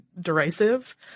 derisive